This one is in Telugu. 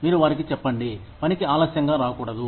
మీరు వారికి చెప్పండి పనికి ఆలస్యంగా రాకూడదు